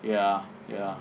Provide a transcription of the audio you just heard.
ya ya